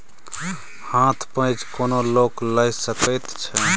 हथ पैंच कोनो लोक लए सकैत छै